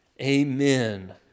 Amen